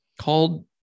Called